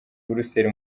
buruseri